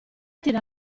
tira